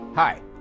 Hi